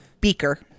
beaker